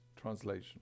translation